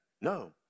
No